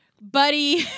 Buddy